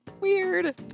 weird